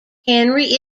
henry